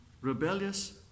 rebellious